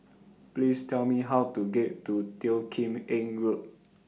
Please Tell Me How to get to Teo Kim Eng Road